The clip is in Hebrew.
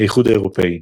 האיחוד האירופי.